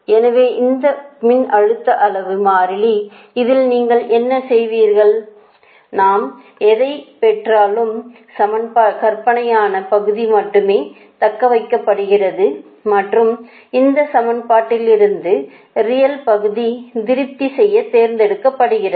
எனவே இந்த மின்னழுத்த அளவு மாறிலி இதில் நீங்கள் என்ன செய்வீர்கள் நாம் எதைப் பெற்றாலும் கற்பனையான பகுதி மட்டுமே தக்கவைக்கப்படுகிறது மற்றும் இந்த சமன்பாட்டிலிருந்து ரியல்பகுதி திருப்தி செய்ய தேர்ந்தெடுக்கப்படுகிறது